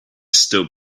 still